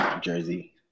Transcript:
Jersey